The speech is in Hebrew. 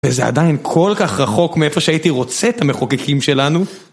וזה עדיין כל כך רחוק מאיפה שהייתי רוצה את המחוקקים שלנו.